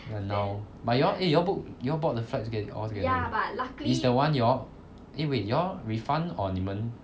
but now but you all eh you all book you all brought the flight tickets all together already is the one you all eh wait you all refund or 你们